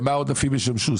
למה העודפים ישמשו?